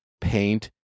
paint